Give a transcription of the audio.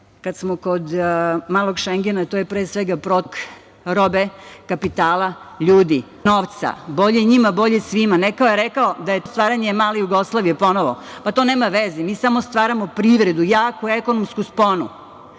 smo kod Malog Šengena, to je pre svega protok robe, kapitala, ljudi, novca. Bolje njima – bolje svima. Neko je rekao da je to stvaranje male Jugoslavije ponovo. To nema veze. Mi samo stvaramo privredu, jaku ekonomsku sponu.